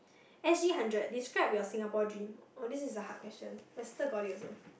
S_G hundred describe your Singapore dream oh this is a hard question my sister got it also